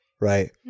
Right